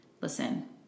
listen